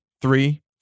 three